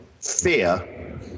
fear